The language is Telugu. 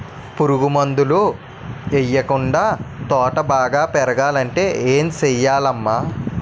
పురుగు మందులు యెయ్యకుండా తోట బాగా పెరగాలంటే ఏ సెయ్యాలమ్మా